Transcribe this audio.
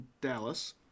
Dallas